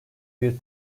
bir